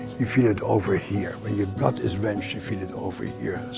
you feel it over here. when your gut is wrenched, you feel it over here.